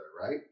right